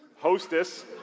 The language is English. hostess